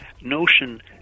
notion